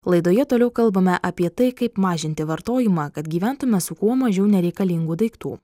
laidoje toliau kalbame apie tai kaip mažinti vartojimą kad gyventume su kuo mažiau nereikalingų daiktų